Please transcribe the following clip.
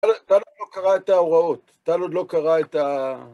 טל עוד לא קראה את ההוראות, טל עוד לא קראה את ה...